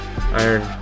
iron